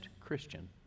Christian